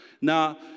Now